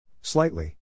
Slightly